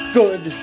good